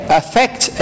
affect